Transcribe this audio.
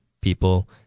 people